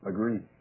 Agreed